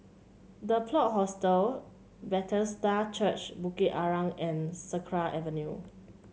The Plot Hostel Bethesda Church Bukit Arang and Sakra Avenue